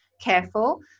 careful